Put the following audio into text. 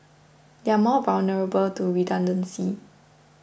they are more vulnerable to redundancy